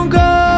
go